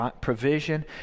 provision